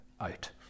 out